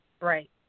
Right